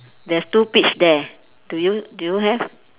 there's two peach there do you do you have